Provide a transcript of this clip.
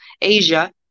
Asia